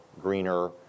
greener